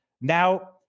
now